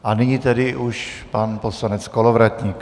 A nyní tedy už pan poslanec Kolovratník.